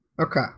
okay